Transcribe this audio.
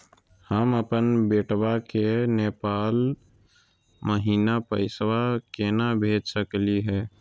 हम अपन बेटवा के नेपाल महिना पैसवा केना भेज सकली हे?